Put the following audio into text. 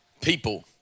people